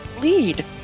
Lead